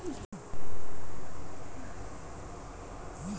মের্সারিকরন পদ্ধতিতে তুলোর সুতোতে কৃত্রিম উপায়ে রঙের আসক্তি বাড়ানা হয়